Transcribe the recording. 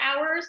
hours